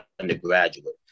undergraduate